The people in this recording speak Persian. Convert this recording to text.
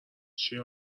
چیه